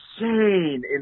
insane